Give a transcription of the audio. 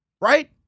Right